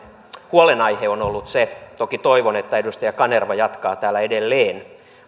huolenaiheeni on ollut se toki toivon että edustaja kanerva jatkaa täällä edelleen